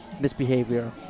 misbehavior